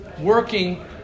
working